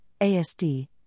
ASD